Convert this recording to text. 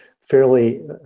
fairly